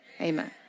Amen